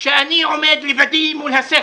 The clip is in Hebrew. שאני עומד לבדי מול הסכר,